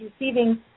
receiving